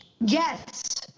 Yes